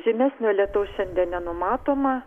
žymesnio lietaus šiandien nenumatoma